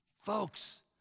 Folks